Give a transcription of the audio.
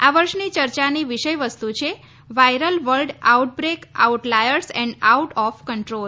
આ વર્ષની ચર્ચાની વિષય વસ્તુ છે viral world out break out liars and out of control